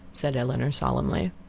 said elinor, solemnly.